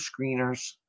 screeners